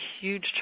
huge